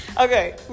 Okay